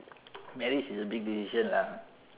marriage is a big decision lah